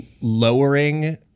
lowering